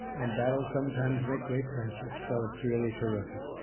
and battles sometimes make great friendships. so it's really terrific.